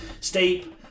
Steep